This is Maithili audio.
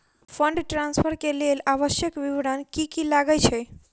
फंड ट्रान्सफर केँ लेल आवश्यक विवरण की की लागै छै?